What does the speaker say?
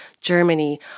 Germany